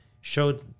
showed